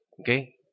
Okay